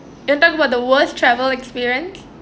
don't talk about the worst travel experience